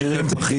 גם.